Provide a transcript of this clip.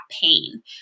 pain